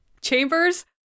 Chambers